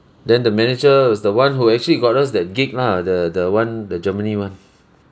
then the manager was the one who actually got us that gig lah the the one the germany one